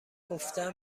گفتن